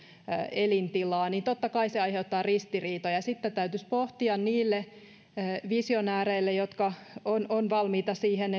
elintilaa niin totta kai se aiheuttaa ristiriitoja sitten täytyisi pohtia niiden visionäärien jotka ovat valmiita siihen